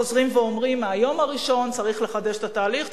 חוזרים ואומרים מהיום הראשון: צריך לחדש את התהליך,